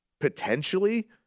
potentially